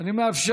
אם כן,